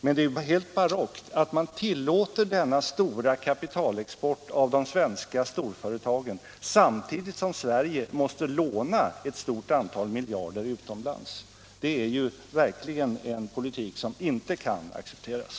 Men det är helt barockt att man tillåter denna stora kapitalexport av de svenska storföretagen samtidigt som Sverige måste låna ett stort antal miljarder utomlands. Det är verkligen en politik som inte kan accepteras.